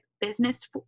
business